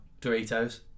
Doritos